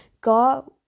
God